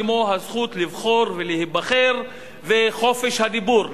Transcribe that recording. כמו הזכות לבחור ולהיבחר וחופש הדיבור,